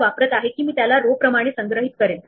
हे असे सांगते की सुरुवातीला काहीही मार्क केलेले नाही